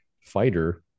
fighter